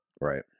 right